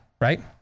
right